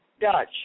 Dutch